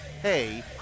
hey